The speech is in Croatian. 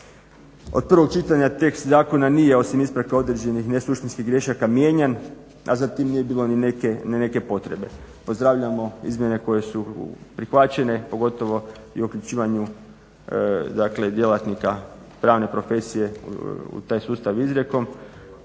Od prvog čitanja tekst zakona nije osim ispravka određenih nesuštinskih grešaka, a za tim nije bilo ni neke potrebe. Pozdravljamo izmjene koje su prihvaćene, pogotovo i uključivanju djelatnika pravne profesije u taj sustav izrijekom,